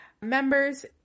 members